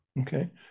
Okay